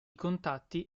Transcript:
contatti